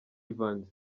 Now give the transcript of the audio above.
evans